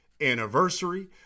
anniversary